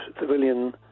Civilian